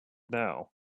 now